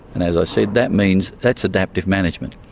and as i said, that means that's adaptive management.